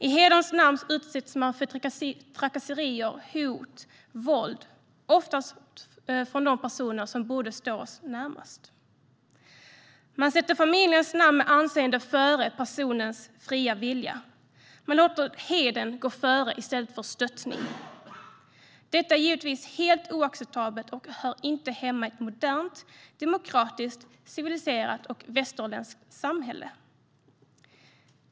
I hederns namn utsätts en person för trakasserier, hot och våld, oftast från de personer som borde stå denne närmast. Man sätter familjens namn med anseende före personens fria vilja. Man låter hedern gå före i stället för stöttning. Detta är givetvis helt oacceptabelt och hör inte hemma i ett modernt, demokratiskt, civiliserat och västerländskt samhälle.